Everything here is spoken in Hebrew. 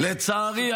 לצערי,